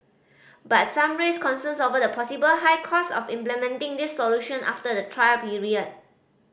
but some raised concerns over the possible high cost of implementing these solution after the trial period